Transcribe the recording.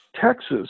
Texas